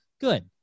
good